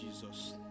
Jesus